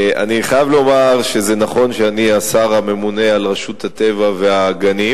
אני חייב לומר שזה נכון שאני השר הממונה על רשות הטבע והגנים,